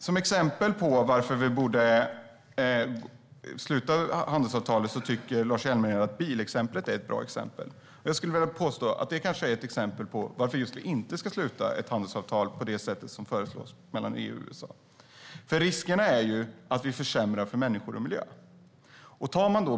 Som ett exempel på varför vi borde sluta ett handelsavtal tycker Lars Hjälmered att bilen är ett bra exempel. Men jag påstår att det är ett exempel på varför vi inte ska sluta ett handelsavtal på det sätt som föreslås mellan EU och USA. Risken är att vi försämrar för människor och miljö.